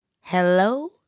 Hello